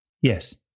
Yes